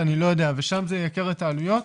ושם זה ייקר את העלויות.